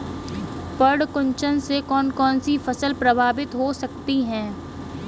पर्ण कुंचन से कौन कौन सी फसल प्रभावित हो सकती है?